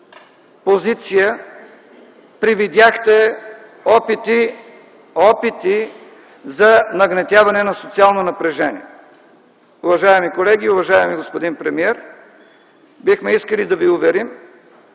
позиция привидяхте опити за нагнетяване на социално напрежение. Уважаеми колеги, уважаеми господин премиер, бихме искали да ви уверим,